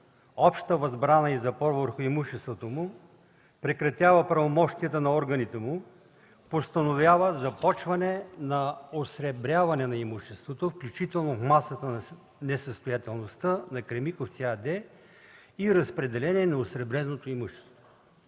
обща възбрана и запор върху имуществото му, прекратява правомощията на органите му, постановява започване на осребряване на имуществото, включително масата на несъстоятелността на „Кремиковци” АД, и разпределение на осребреното имущество.